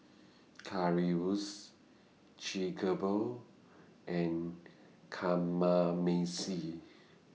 Currywurst and Kamameshi